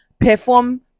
perform